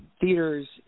theaters